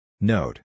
Note